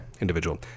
Individual